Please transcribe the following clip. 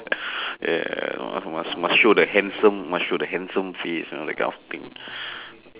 ya must must must show the handsome must show the handsome face ah that kind of thing